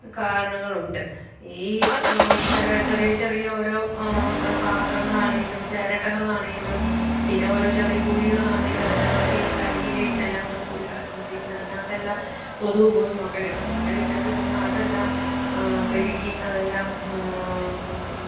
കാരണങ്ങളുണ്ട് ഈ ചെറിയ ചെറിയ ചെറിയ ഓരോ പാത്രങ്ങളാണേലും ചിരട്ടകളാണേലും പിന്നെ ഓരോ ചെറിയ കുഴികളാണേലും അതിനകത്തൊക്കെ ഈ കരിയിലയും എല്ലാംകൂടെ കൂടി കിടക്കുമ്പോഴത്തേക്കിന് അതിനകത്തെല്ലാം കൊതുക് പോയി മുട്ട ഇടും മുട്ട ഇട്ടിട്ട് പിന്നെ അതെല്ലാം പെരുകി അതെല്ലാം